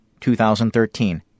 2013